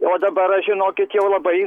o dabar aš žinokit jau labai